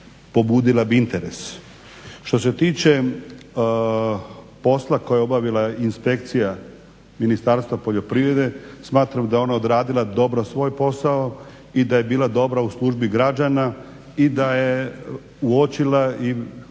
pobudila bi interes. Što se tiče posla koji je obavila inspekcija Ministarstva poljoprivrede smatram da je ona odradila dobro svoj posao i da je bila dobra u službi građana i da je uočila i